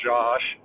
Josh